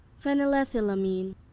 Phenylethylamine